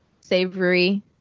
Savory